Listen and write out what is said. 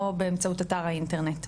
או באמצעות אתר האינטרנט,